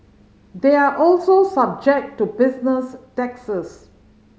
they are also subject to business taxes